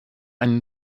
einen